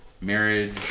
Marriage